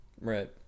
Right